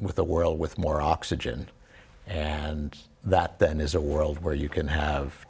with a world with more oxygen and that then is a world where you can have